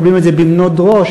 מקבלים את זה בניד ראש.